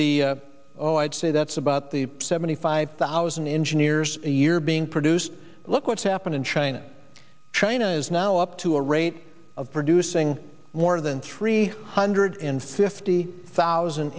the oh i'd say that's about the seventy five thousand engineers a year being produced look what's happened in china china is now up to a rate of producing more than three hundred fifty thousand